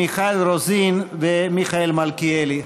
מיכל רוזין ומיכאל מלכיאלי.